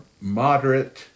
moderate